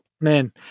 Man